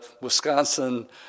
Wisconsin